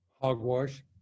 hogwash